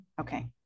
okay